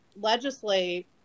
legislate